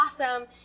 awesome